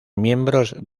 miembros